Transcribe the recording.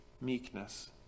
meekness